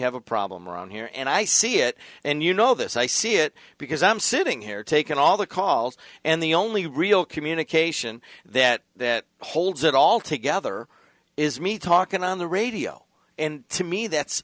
have a problem around here and i see it and you know this i see it because i'm sitting here taken all the calls and the only real communication that that holds it all together is me talking on the radio and to me that's